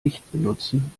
nichtbenutzung